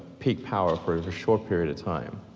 peak power for a short period of time.